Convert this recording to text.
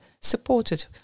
supported